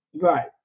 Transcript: Right